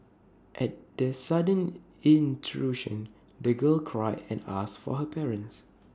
at the sudden intrusion the girl cried and asked for her parents